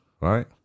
right